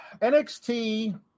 NXT